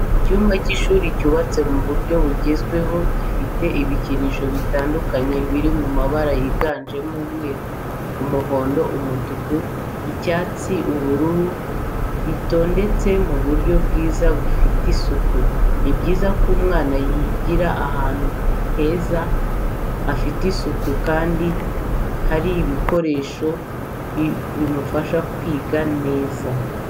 Icyumba cy'ishuri cyubatse mu buryo bugezweho gifite ibikinisho bitandukanye biri mabara yiganjemo umweru, umuhondo, umutuku. icyatsi ubururu bitondetse mu buryo bwiza bufite isuku. ni byiza ko umwana yigira ahantu heza hafite isuku kandi hari ibikoresho bimufasha kwiga neza.